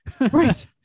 right